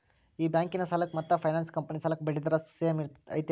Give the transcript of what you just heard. ಈ ಬ್ಯಾಂಕಿನ ಸಾಲಕ್ಕ ಮತ್ತ ಫೈನಾನ್ಸ್ ಕಂಪನಿ ಸಾಲಕ್ಕ ಬಡ್ಡಿ ದರ ಸೇಮ್ ಐತೇನ್ರೇ?